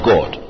God